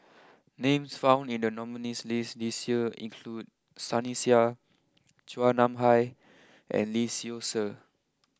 names found in the nominees list this year include Sunny Sia Chua Nam Hai and Lee Seow Ser